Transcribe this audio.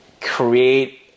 create